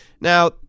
Now